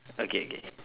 okay okay